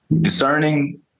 discerning